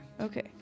Okay